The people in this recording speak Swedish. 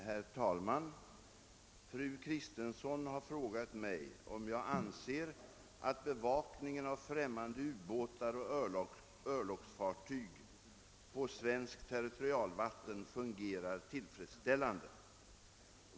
Herr talman! Fru Kristensson har frågat mig, om jag anser att bevakningen av främmande ubåtar och örlogsfartyg på svenskt territorialvatten fungerar tillfredsställande.